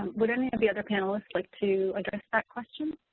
would any of the other panelists like to address that question?